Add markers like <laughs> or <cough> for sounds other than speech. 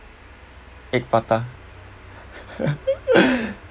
egg prata <laughs>